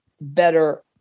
better